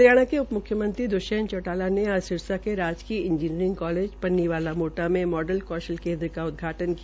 हरियाणा के उप म्ख्यमंत्री दृष्यंत चौटाला ने आज सिरसा में राजकीय इंजीनियरिंग कालेज पन्नीवाला मोटा में मोटा कौशल केन्द्र का उदघाटन् किया